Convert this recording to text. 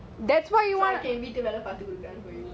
it's okay வீடு வெல்ல பாக்குறானு:veetu vella paakuranu for you